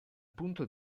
punto